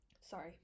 Sorry